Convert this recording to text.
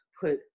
put